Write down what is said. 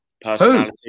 personality